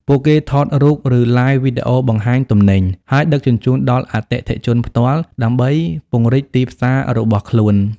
ពួកគេថតរូប ឬ Live វីដេអូបង្ហាញទំនិញ ហើយដឹកជញ្ជូនដល់អតិថិជនផ្ទាល់ ដើម្បីពង្រីកទីផ្សាររបស់ខ្លួន។